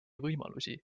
võimalusi